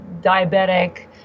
diabetic